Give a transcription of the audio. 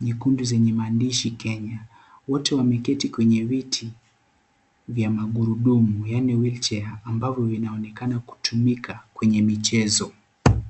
za timu Kenya , wote wameketi kwenye viti vya magurudumu yaani wheelchair ambavyo vinaonekana kutumika kwenye michezo.